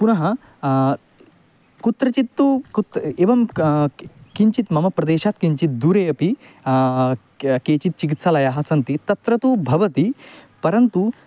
पुनः कुत्रचित् तु कुत् एवं कि किञ्चित् मम प्रदेशात् किञ्चित् दूरे अपि के केचित् चिकित्सालयाः सन्ति तत्र तु भवति परन्तु